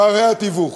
פערי התיווך.